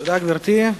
תודה, גברתי.